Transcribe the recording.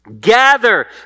gather